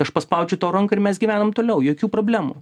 aš paspaudžiu tau ranką ir mes gyvenam toliau jokių problemų